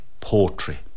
poetry